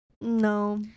No